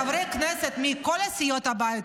חברי כנסת מכל סיעות הבית,